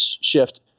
shift